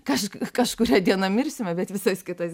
kaš kažkurią dieną mirsime bet visas kitas